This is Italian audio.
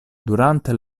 durante